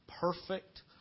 perfect